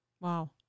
Wow